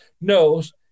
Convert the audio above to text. knows